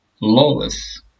lawless